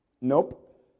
Nope